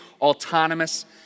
autonomous